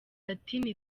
ati